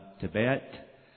Tibet